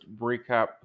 recap